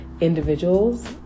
individuals